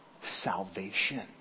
Salvation